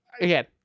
Again